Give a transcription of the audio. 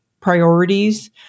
priorities